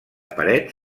paret